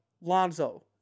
Lonzo